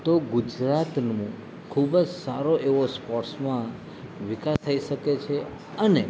તો ગુજરાતનું ખૂબ જ સારો એવો સ્પોર્ટ્સમાં વિકાસ થઈ શકે છે અને